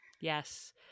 Yes